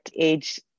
age